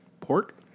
Pork